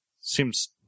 seems